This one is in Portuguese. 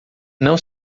não